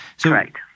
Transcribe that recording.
correct